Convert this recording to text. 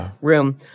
room